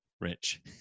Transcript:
Rich